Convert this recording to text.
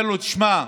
אומר לו: שמע,